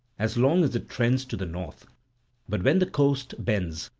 as long as it trends to the north but when the coast bends,